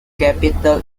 capital